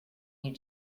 you